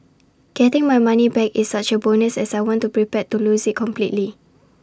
getting my money back is such A bonus as I was prepared to lose IT completely